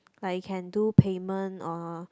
like you can do payment or